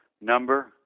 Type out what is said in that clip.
number